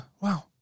Wow